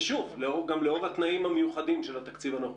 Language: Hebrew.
לאור התנאים המיוחדים של התקציב הנוכחי.